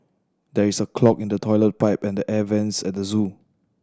there is a clog in the toilet pipe and the air vents at the zoo